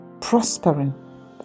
prospering